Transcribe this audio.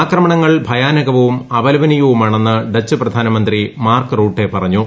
ആക്രമണങ്ങൾ ഭയാനകവും അപലപനീയവുമാണെന്ന് ഡച്ച് പ്രധാനമന്ത്രി മാർക്ക് റുട്ടെ പറഞ്ഞു